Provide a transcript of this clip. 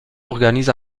organise